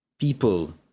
people